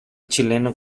chileno